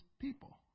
people